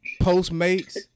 Postmates